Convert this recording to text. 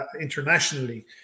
internationally